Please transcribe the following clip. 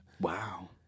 Wow